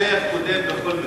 השיח' קודם בכל מקרה.